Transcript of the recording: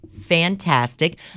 fantastic